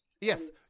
yes